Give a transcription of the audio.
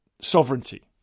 sovereignty